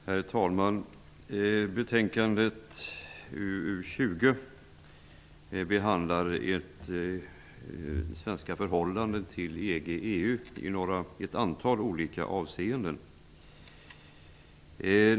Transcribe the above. Herr talman! I betänkade UU20 behandlas Sveriges förhållanden till EG/EU i ett antal olika avseenden.